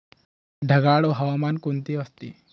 ढगाळ हवामान कोणते असते?